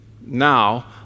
Now